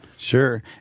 Sure